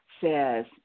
says